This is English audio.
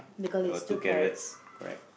I got two carrots correct